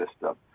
system